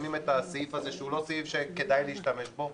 מקדמים היום את הסעיף הזה שהוא לא סעיף שכדאי להשתמש בו,